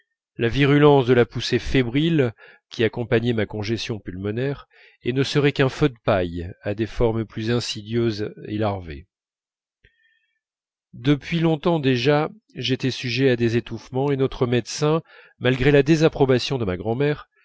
la virulence de la poussée fébrile qui accompagnait ma congestion pulmonaire et ne serait qu'un feu de paille à des formes plus insidieuses et larvées depuis longtemps déjà j'étais sujet à des étouffements et notre médecin malgré la désapprobation de ma grand'mère